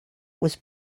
was